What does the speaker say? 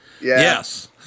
Yes